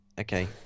Okay